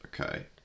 Okay